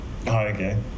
Okay